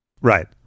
Right